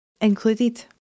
included